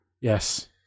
Yes